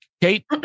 Kate